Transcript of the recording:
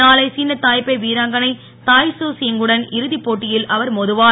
நாளை சினத் தாய்பே வீராங்கனை தாய் த யிய் குடன் இறுதிப்போட்டியில் அவர் மோதுவார்